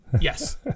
Yes